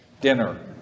dinner